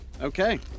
Okay